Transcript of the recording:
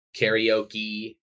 karaoke